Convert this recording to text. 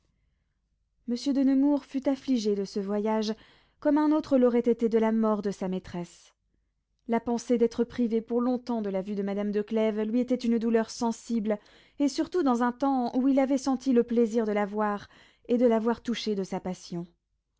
monsieur de nemours fut affligé de ce voyage comme un autre l'aurait été de la mort de sa maîtresse la pensée d'être privé pour longtemps de la vue de madame de clèves lui était une douleur sensible et surtout dans un temps où il avait senti le plaisir de la voir et de la voir touchée de sa passion